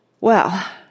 Well